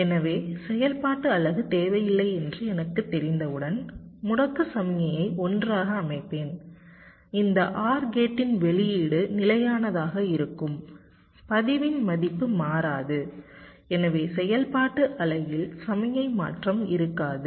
எனவே செயல்பாட்டு அலகு தேவையில்லை என்று எனக்குத் தெரிந்தவுடன் முடக்கு சமிக்ஞையை 1 ஆக அமைப்பேன் இந்த OR கேட்டின் வெளியீடு நிலையானதாக இருக்கும் பதிவின் மதிப்பு மாறாது எனவே செயல்பாட்டு அலகில் சமிக்ஞை மாற்றம் இருக்காது